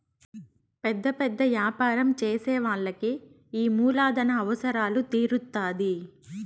పెద్ద పెద్ద యాపారం చేసే వాళ్ళకి ఈ మూలధన అవసరాలు తీరుత్తాధి